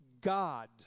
God